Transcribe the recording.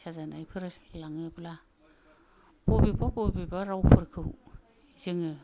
साजानायफोर लाङोब्ला बबेबा बबेबा रावफोरखौ जोङो